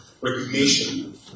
recognition